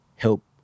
help